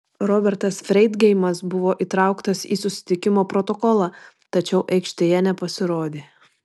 robertas freidgeimas buvo įtrauktas į susitikimo protokolą tačiau aikštėje nepasirodė